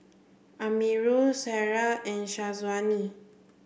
Amirul Sarah and Syazwani